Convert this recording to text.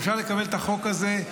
ואפשר לקבל את החוק הזה.